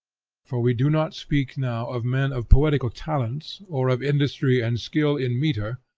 for we do not speak now of men of poetical talents, or of industry and skill in metre,